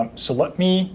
um so let me